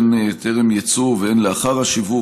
הן טרם יצוא והן לאחר השיווק,